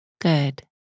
Good